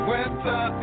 Winter